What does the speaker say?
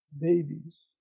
babies